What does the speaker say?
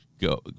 go